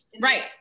Right